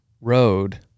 road